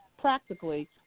practically